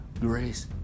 grace